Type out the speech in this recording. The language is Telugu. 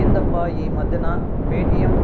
ఎందబ్బా ఈ మధ్యన ప్యేటియం